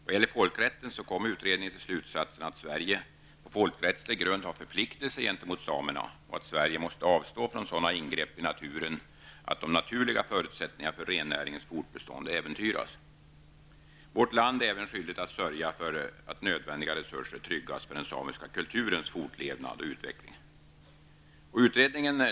Vad gäller folkrätten kom utredningen till slutsatsen att Sverige på folkrättslig grund har förpliktelser gentemot samerna och att Sverige måste avstå från sådana ingrepp i naturen att de naturliga förutsättningarna för rennäringens fortbestånd äventyras. Vårt land är även skyldigt att sörja för att nödvändiga resurser tryggas för den samiska kulturens fortlevnad och utveckling.